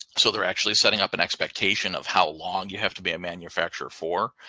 so they're actually setting up an expectation of how long you have to be a manufacturer for.